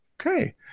Okay